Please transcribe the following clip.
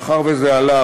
מאחר שזה עלה,